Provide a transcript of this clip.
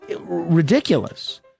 ridiculous